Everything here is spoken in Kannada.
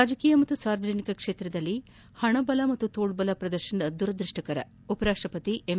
ರಾಜಕೀಯ ಮತ್ತು ಸಾರ್ವಜನಿಕ ಕ್ಷೇತ್ರದಲ್ಲಿ ಹಣಬಲ ಮತ್ತು ತೋಳ್ಬಲ ಪ್ರದರ್ಶನ ದುರದೃಷ್ಷಕರ ಉಪರಾಷ್ಟಪತಿ ಎಂ